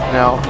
now